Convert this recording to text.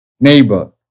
neighbor